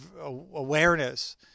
awareness